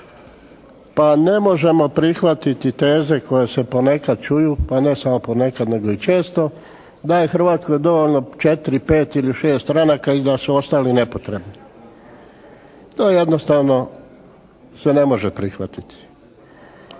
Pa ne možemo prihvatiti teze koje se ponekad čuju, pa ne samo ponekad nego i često da je Hrvatskoj dovoljno 4 ili 5 ili 6 stranaka i da su ostali nepotrebni. To jednostavno se ne može prihvatiti.